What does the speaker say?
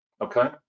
Okay